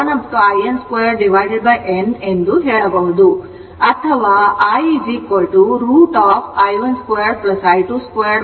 in 2n ಎಂದು ಹೇಳಬಹುದು ಅಥವಾ I √i1 2 i2 2